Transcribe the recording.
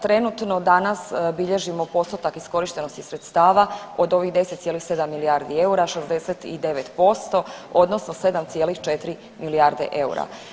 Trenutno danas bilježimo postotak iskorištenosti sredstava od ovih 10,7 milijardi eura 69% odnosno 7,4 milijarde eura.